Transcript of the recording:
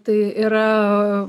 tai yra